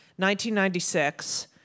1996